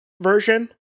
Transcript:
version